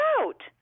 out